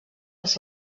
als